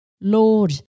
Lord